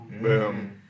Boom